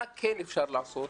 מה כן אפשר לעשות?